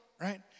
Right